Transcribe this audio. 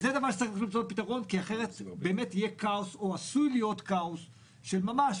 וזה דבר שצריך למצוא לו פתרון כי אחרת עשוי להיות כאוס של ממש,